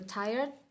tired